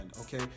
Okay